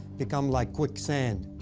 become like quicksand.